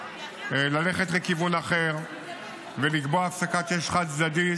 ללכת לכיוון אחר ולקבוע הפסקת אש חד-צדדית,